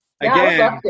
again